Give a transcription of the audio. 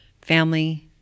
family